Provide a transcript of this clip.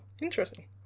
Interesting